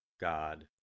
God